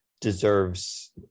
deserves